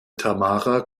tamara